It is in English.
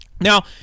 Now